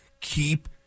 Keep